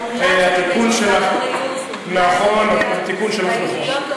הומלץ על-ידי משרד הבריאות,